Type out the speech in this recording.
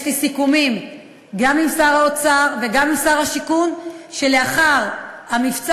יש לי סיכומים גם עם שר האוצר וגם עם שר השיכון שלאחר המבצע